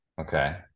Okay